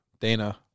Dana